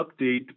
update